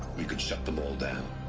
we could shut them all down.